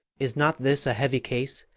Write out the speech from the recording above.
is not this a heavy case,